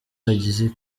hagize